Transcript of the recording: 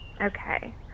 okay